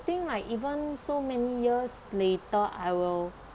think like even so many years later I will